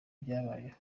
byabayeho